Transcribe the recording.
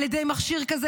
על ידי מכשיר כזה,